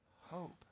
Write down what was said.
hope